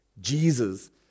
Jesus